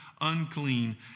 unclean